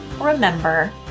remember